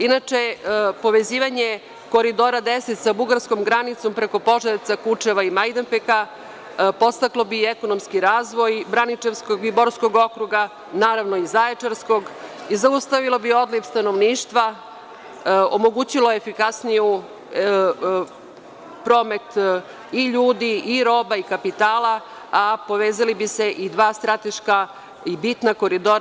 Inače, povezivanje Koridora 10 sa Bugarskom granicom preko Požarevca, Kučeva i Majdanpeka podstaklo bi ekonomski razvoj Braničevskog i Borskog okruga, naravno i Zaječarskog i zaustavilo bi odliv stanovništva, omogućilo efikasniji promet ljudi, roba i kapitala, a povezala bi se i dva strateška i bitna koridora.